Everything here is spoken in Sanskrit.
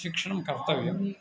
शिक्षणं कर्तव्यम्